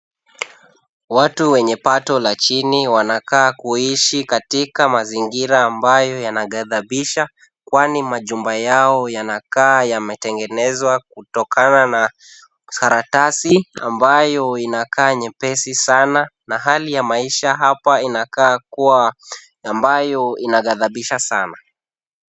Watu wenye pato la chini wanakaa kuishi katika mazingira ambayo yanagadhabisha, kwani majumba yao yanakaa yametengenezwa kutokana na karatasi, ambayo inakaa nyepesi sana na hali ya maisha hapa inakaa kuwa ambayo inagadhabisha sana.